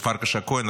פרקש הכהן,